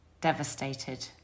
devastated